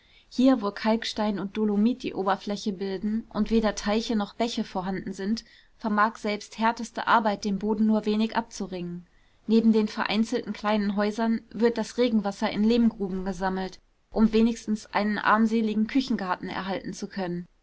hier wo kalkstein und dolomit die oberfläche bilden und weder teiche noch bäche vorhanden sind vermag selbst härteste arbeit dem boden nur wenig abzuringen neben den vereinzelten kleinen häusern wird das regenwasser in lehmgruben gesammelt um wenigstens einen armseligen küchengarten erhalten zu können